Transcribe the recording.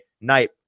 night